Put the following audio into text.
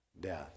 death